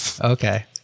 Okay